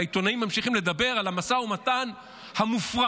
העיתונאים ממשיכים לדבר על המשא-ומתן המופרע,